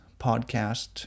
podcast